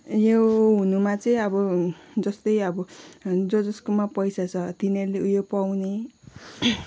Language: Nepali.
यो हुनुमा चाहिँ अब जस्तै अब ज जसकोमा पैसा छ तिनीहरूले उयो पाउने